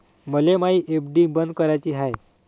मले मायी एफ.डी बंद कराची हाय